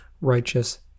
righteous